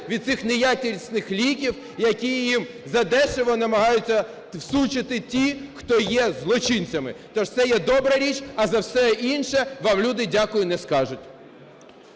від цих неякісних ліків, які їм задешево намагаються всучити ті, хто є злочинцями. Тож це є добра річ, а за все інше вам люди "дякую" не скажуть.